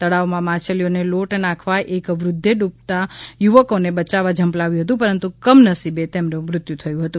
તળાવમાં માછલીઓ ને લોટ નાખવા આવેલા એક વૃદ્ધે ડૂબતાં યુવકોને બયાવવા ઝંપલાવ્યું હતું પરંતુ કમનસીબે તેમનું મૃત્યુ થયું હતું